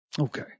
Okay